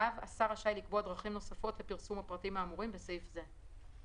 (ו) השר שאי לקבוע דרכים נוספות לפרסום הפרטים האמורים בסעיף זה.